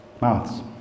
mouths